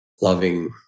loving